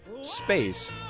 space